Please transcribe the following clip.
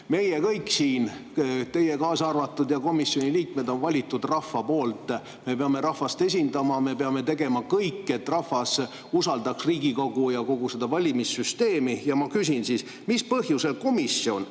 Meie kõik siin, teie ja komisjoni liikmed kaasa arvatud, oleme valitud rahva poolt, me peame rahvast esindama, me peame tegema kõik, et rahvas usaldaks Riigikogu ja kogu seda valimissüsteemi. Ma küsin siis, mis põhjusel komisjon